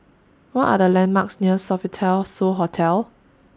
What Are The landmarks near Sofitel So Hotel